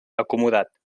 acomodat